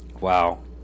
Wow